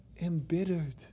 embittered